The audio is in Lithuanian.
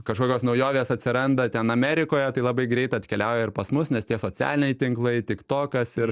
kažkokios naujovės atsiranda ten amerikoje tai labai greit atkeliauja ir pas mus nes tie socialiniai tinklai tiktokas ir